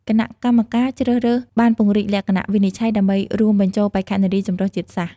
គណៈកម្មការជ្រើសរើសបានពង្រីកលក្ខណៈវិនិច្ឆ័យដើម្បីរួមបញ្ចូលបេក្ខនារីចម្រុះជាតិសាសន៍។